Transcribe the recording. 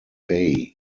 bay